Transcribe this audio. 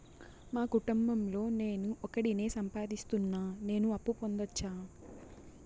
మా కుటుంబం లో నేను ఒకడినే సంపాదిస్తున్నా నేను అప్పు పొందొచ్చా